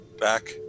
back